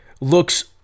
looks